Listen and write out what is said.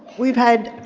we've had